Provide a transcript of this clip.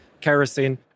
kerosene